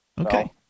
Okay